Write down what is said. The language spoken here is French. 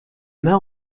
mains